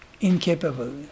incapable